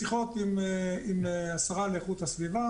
איסוף וולונטרי 73%). בשיחות עם השרה להגנת הסביבה